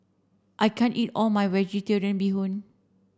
I can't eat all my vegetarian bee hoon